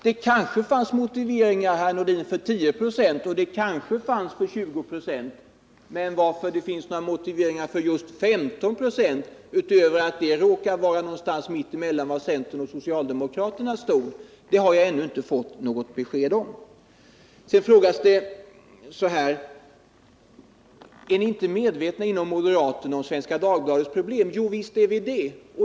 Det kanske fanns motiveringar, herr Nordin, för 10 96, och det kanske fanns motiveringar för 20 26, men vad det finns för motiveringar för just 15 96 — utöver att 15 96 råkar ligga mitt emellan centerns och socialdemokraternas förslag — har jag ånnu inte fått något besked om. Sedan frågas det så här: Är ni inte inom moderata samlingspartiet medvetna om Svenska Dagbladets problem? Jo, visst är vi det.